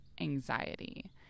anxiety